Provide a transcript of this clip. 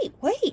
wait